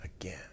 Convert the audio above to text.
again